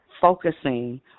focusing